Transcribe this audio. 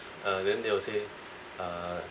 uh then they will say uh